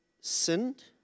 sinned